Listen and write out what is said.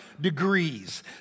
degrees